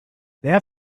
that